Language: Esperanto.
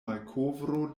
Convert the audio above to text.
malkovro